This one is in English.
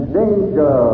danger